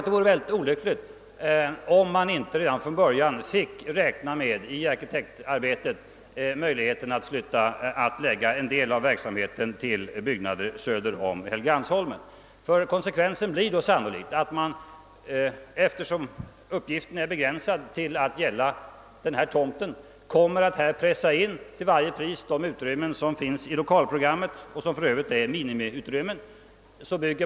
Det vore synnerligen olyckligt om man inte i arkitektarbetet redan från början fick räkna med att förlägga en del av verksamheten till byggnader söder om Helgeandsholmen. Konsekvensen blir annars sannolikt att man, eftersom uppgiften är begränsad till denna tomt, till varje pris kommer att där pressa in de utrymmen som är upptagna i lokalprogrammet och som för övrigt är minimiutrymmen.